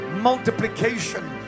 multiplication